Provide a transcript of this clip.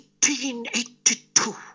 1882